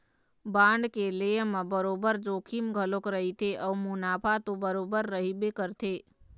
bond के लेय म बरोबर जोखिम घलोक रहिथे अउ मुनाफा तो बरोबर रहिबे करथे